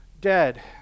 dead